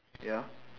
ya